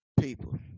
people